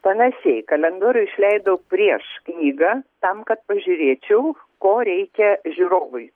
panašiai kalendorių išleidau prieš knygą tam kad pažiūrėčiau ko reikia žiūrovui